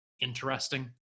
interesting